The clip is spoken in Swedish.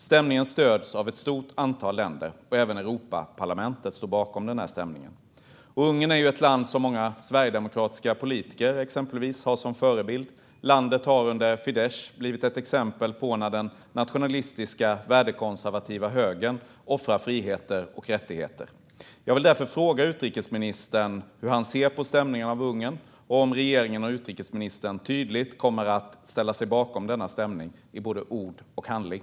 Stämningen stöds av ett stort antal länder. Även Europaparlamentet står bakom stämningen. Ungern är ett land som exempelvis många sverigedemokratiska politiker har som förebild. Landet har under Fidesz blivit ett exempel på när den nationalistiska värdekonservativa högern offrar friheter och rättigheter. Jag vill därför fråga utrikesministern hur han ser på stämningen av Ungern och om regeringen och utrikesministern tydligt kommer att ställa sig bakom denna stämning i både ord och handling.